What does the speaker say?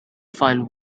find